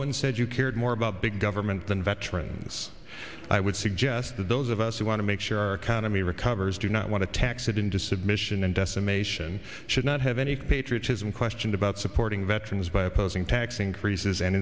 one said you cared more about big government than veterans i would suggest that those of us who want to make sure our economy recovers do not want to tax it into submission and decimation should not have any patriotism questioned about supporting veterans by opposing tax increases and